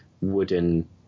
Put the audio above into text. wooden